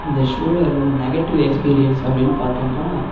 இந்த ஷூல என்னோடய நெகட்டிவ் எக்ஸ்பீரியன்ஸ் அப்படின்னு பார்த்தோம்னா